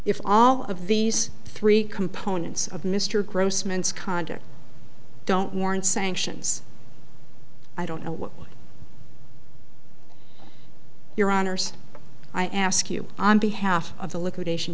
if all of these three components of mr grossman's conduct don't warrant sanctions i don't know what your honors i ask you on behalf of the liquidation